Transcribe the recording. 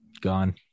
Gone